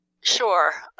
Sure